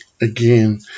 again